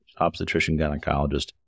obstetrician-gynecologist